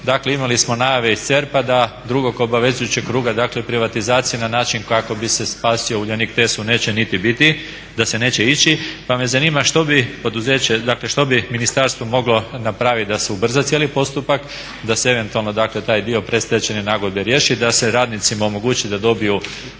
Dakle imali smo najave iz CERP-a iz drugog obvezujućeg kruga privatizacije na način kako bi se spasio Uljanik TESU neće niti biti, da se neće ići pa me zanima što bi ministarstvo moglo napraviti da se ubra cijeli postupak, da se eventualno taj dio predstečajne nagodbe riješi da se radnicima omogući da dobiju